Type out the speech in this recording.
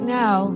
now